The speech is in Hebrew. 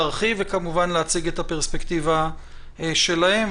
להרחיב וכמובן להציג את הפרספקטיבה שלהם,